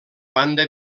banda